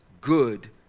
good